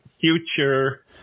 future